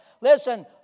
Listen